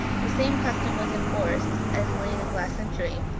the same custom was in force, as late as last century,